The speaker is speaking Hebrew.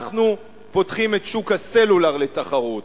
אנחנו פותחים את שוק הסלולר לתחרות,